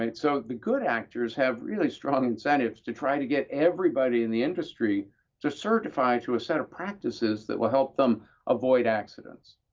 and so the good actors have really strong incentives to try to get everybody in the industry to certify to a set of practices that will help them avoid accidents.